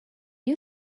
you